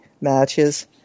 matches